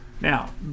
Now